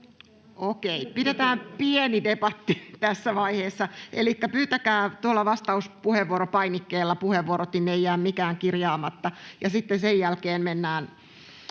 Okei, pidetään pieni debatti tässä vaiheessa. Elikkä pyytäkää tuolla vastauspuheenvuoropainikkeella puheenvuorot, niin ei jää mikään kirjaamatta, ja sitten sen jälkeen mennään